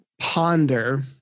ponder